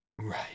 Right